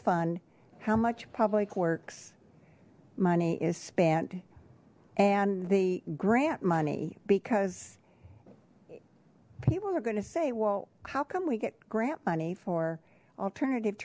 fund how much public works money is spent and the grant money because people are going to say well how come we get grant money for alternative